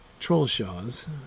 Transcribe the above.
trollshaws